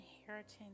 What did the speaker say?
inheritance